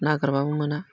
नागिरबाबो मोना